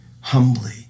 humbly